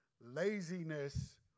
Laziness